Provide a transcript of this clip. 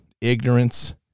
ignorance